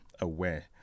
aware